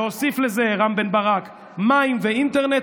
להוסיף לזה, רם בן ברק, מים ואינטרנט,